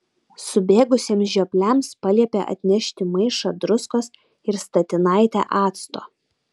subėgusiems žiopliams paliepė atnešti maišą druskos ir statinaitę acto